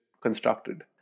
constructed